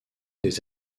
des